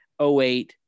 08